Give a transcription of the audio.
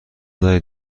دارید